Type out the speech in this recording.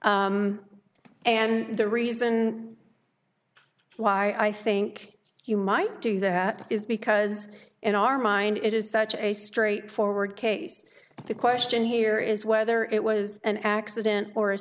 that and the reason why i think you might do that is because in our mind it is such a straightforward case that the question here is whether it was an accident or a